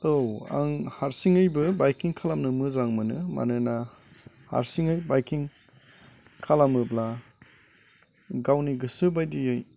औ आं हारसिङैबो बायकिं खालामनो मोजां मोनो मानोना हारसिङै बायकिं खालामोब्ला गावनि गोसो बायदियै